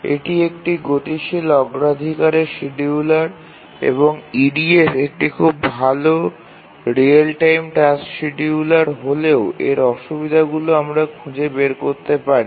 এটি একটি গতিশীল অগ্রাধিকারের শিডিয়ুলার এবং EDF একটি খুব ভাল রিয়েল টাইম টাস্ক শিডিয়ুলার হলেও এর অসুবিধাগুলি আমরা খুঁজে বের করতে পারি